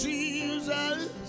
Jesus